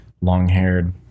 long-haired